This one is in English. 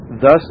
thus